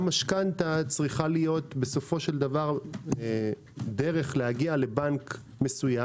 גם משכנתא צריכה להיות בסופו של דבר דרך להגיע לבנק מסוים,